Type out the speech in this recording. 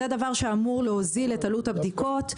זה אמור להוזיל את עלות הבדיקות,